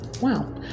wow